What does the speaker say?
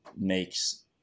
makes